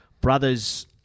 Brothers